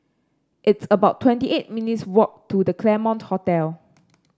it's about twenty eight minutes' walk to The Claremont Hotel